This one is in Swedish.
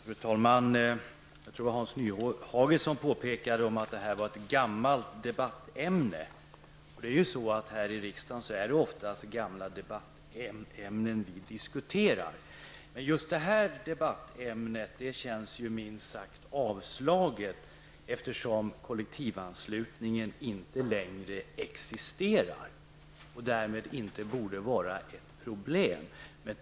Fru talman! Jag tror att det var Hans Nyhage som påpekade att det här är ett gammalt debattämne. Här i riksdagen är det ofta gamla debattämnen som vi diskuterar. Just det här debattämnet känns minst sagt avslaget, eftersom kollektivanslutningen inte längre existerar och inte längre borde vara ett problem.